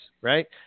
Right